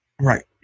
Right